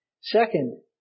Second